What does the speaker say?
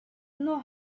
know